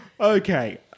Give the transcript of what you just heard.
Okay